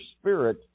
spirit